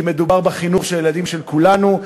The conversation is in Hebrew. כי מדובר בחינוך של הילדים של כולנו,